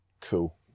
Cool